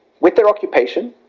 with their occupation,